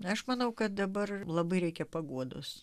aš manau kad dabar labai reikia paguodos